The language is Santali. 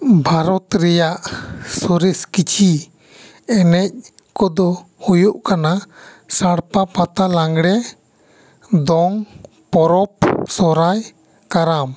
ᱵᱷᱟᱨᱚᱛ ᱨᱮᱭᱟᱜ ᱥᱚᱨᱮᱥ ᱠᱤᱪᱷᱩ ᱮᱱᱮᱡ ᱠᱚᱫᱚ ᱦᱩᱭᱩᱜ ᱠᱟᱱᱟ ᱥᱟᱲᱯᱟ ᱯᱟᱛᱟ ᱞᱟᱝᱜᱮᱲᱮ ᱫᱚᱝ ᱯᱚᱨᱚᱵᱽ ᱥᱚᱦᱚᱨᱟᱭ ᱠᱟᱨᱟᱢ